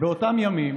באותם ימים